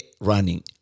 Running